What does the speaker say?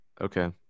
Okay